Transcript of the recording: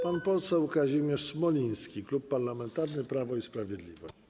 Pan poseł Kazimierz Smoliński, Klub Parlamentarny Prawo i Sprawiedliwość.